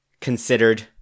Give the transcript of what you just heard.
considered